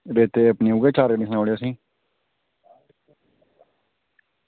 रेता उ'ऐ चार सनाई ओड़ेआ तुसेंगी